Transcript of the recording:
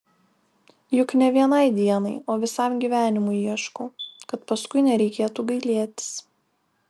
juk ne vienai dienai o visam gyvenimui ieškau kad paskui nereikėtų gailėtis